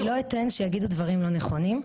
אני לא אתן שיגידו דברים לא נכונים.